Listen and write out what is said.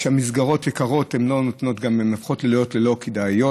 כשהמסגרות יקרות הן הופכות להיות לא כדאיות.